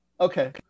okay